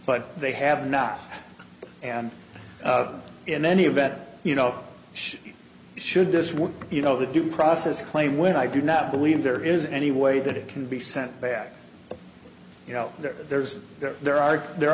but they have not and in any event you know should should this would you know the due process claim when i do not believe there is any way that it can be sent back you know there's there are there